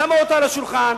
שמה אותו על השולחן.